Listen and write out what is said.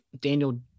Daniel